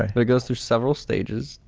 um but it goes through several stages.